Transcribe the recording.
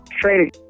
Training